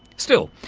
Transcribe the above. still,